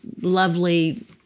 lovely